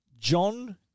John